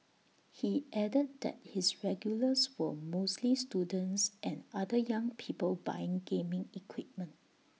he added that his regulars were mostly students and other young people buying gaming equipment